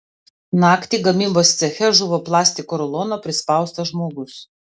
naktį gamybos ceche žuvo plastiko rulono prispaustas žmogus